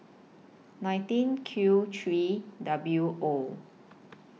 nineteen Q three W O